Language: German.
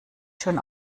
schön